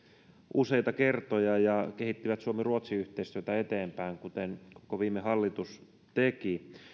useita kertoja ja kehittivät suomi ruotsi yhteistyötä eteenpäin kuten koko viime hallitus teki